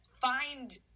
find